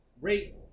rate